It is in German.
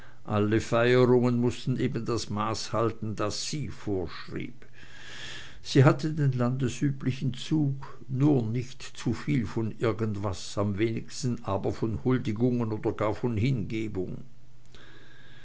alle feierungen mußten eben das maß halten das sie vorschrieb sie hatte den landesüblichen zug nur nicht zuviel von irgendwas am wenigsten aber von huldigungen oder gar von hingebung